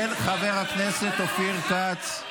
של חבר הכנסת אופיר כץ.